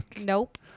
Nope